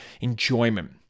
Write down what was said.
enjoyment